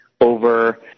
over